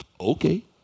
okay